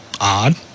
Odd